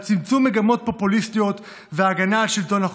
על צמצום מגמות פופוליסטיות וההגנה שלטון החוק.